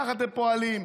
כך אתם פועלים.